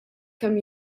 kemm